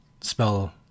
spell